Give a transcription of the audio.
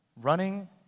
Running